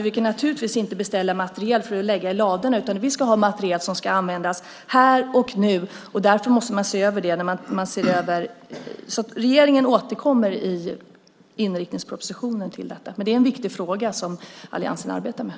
Vi kan naturligtvis inte beställa materiel för att lägga i ladorna, utan vi ska ha materiel som ska användas här och nu. Därför måste man se över det. Regeringen återkommer till detta i inriktningspropositionen. Men det är en viktig fråga, som alliansen arbetar med.